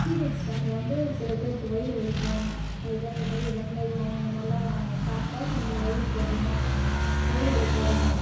periods டைமில் வந்து சில பேருக்கு வயிறு வலிக்கும் அதுக்கேற்ற மாதிரி வெந்தயம் அந்த மாதிரிலாம் சாப்பிடா கொஞ்சம் வயிறு குறையும் வயிறு வலி குறையும்